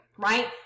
Right